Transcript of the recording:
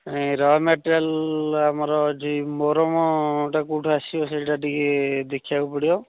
ନାଇଁ ର ମେଟେରିଆଲ୍ ଆମର ଯେ ଆମର ମୁରୁମଟା କେଉଁଠୁ ଆସିବ ସେଇଟା ଟିକିଏ ଦେଖିବାକୁ ପଡ଼ିବ